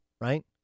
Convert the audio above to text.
right